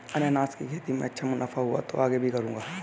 अनन्नास की खेती में अच्छा मुनाफा हुआ तो आगे भी करूंगा